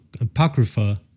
Apocrypha